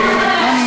מה הבעיה שלו?